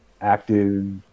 active